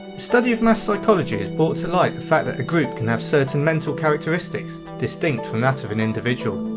study of mass psychology has brought to light the fact that a group can have certain mental characteristics distinct from that of an individual.